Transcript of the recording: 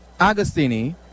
agostini